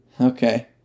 Okay